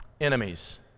enemies